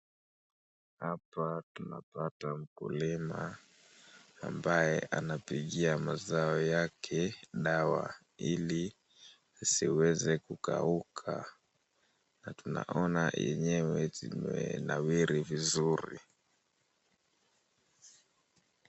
Hapa tunapata mkulima ambaye anapigia mazao yake dawa ili isiweze kukauka na tunaona enyewe zimenawiri vizuri.